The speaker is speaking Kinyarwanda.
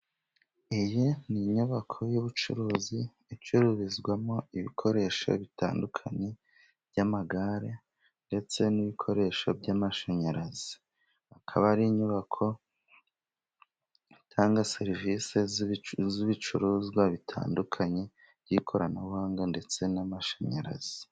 Iyi ni inyubako y'ubucuruzi icururizwamo ibikoresho bitandukanye by'amagare ndetse n'ibikoresho by'amashanyarazi akaba ari inyubako itanga serivisi z'ibicuruzwa bitandukanye by'ikoranabuhanga ndetse n'amashanyarazi.